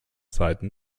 seiten